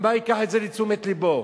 אמר: ייקח את זה לתשומת לבו.